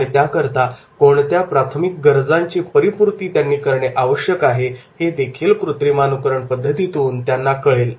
आणि त्याकरता कोणत्या प्राथमिक गरजांची परिपूर्ती त्यांनी करणे आवश्यक आहे हे देखील कृत्रिमानुकरण पद्धतीतून त्याला कळेल